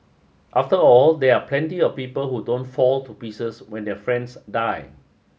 after all there are plenty of people who don't fall to pieces when their friends die